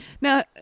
Now